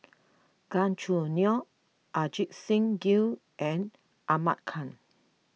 Gan Choo Neo Ajit Singh Gill and Ahmad Khan